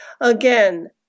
Again